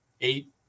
eight